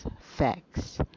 Facts